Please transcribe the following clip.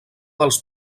dels